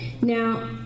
Now